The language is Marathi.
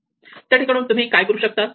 त्या ठिकाणाहून तुम्ही काय करू शकतात